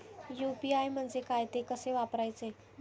UPI म्हणजे काय, ते कसे वापरायचे?